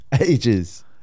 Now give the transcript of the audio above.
ages